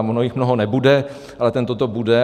Ono jich mnoho nebude, ale tento to bude.